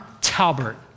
Talbert